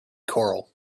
choral